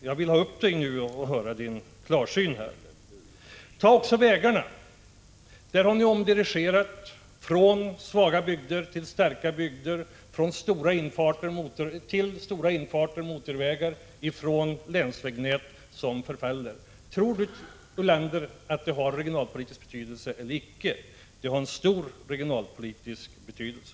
Jag vill ha 31 klart besked nu. Ta också vägarna. Där har ni omdirigerat medel från svaga till starka bygder, från länsvägnät som förfaller till stora infarter och motorvägar. Tror Lars Ulander att det har regionalpolitisk betydelse eller icke? Det har stor regionalpolitisk betydelse.